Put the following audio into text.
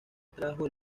atrajo